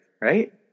right